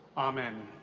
amen.